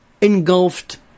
engulfed